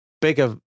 bigger